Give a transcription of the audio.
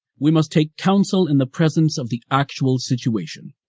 we must take counsel in the presence of the actual situation.